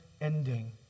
ending